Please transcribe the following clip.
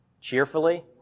cheerfully